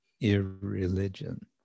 irreligion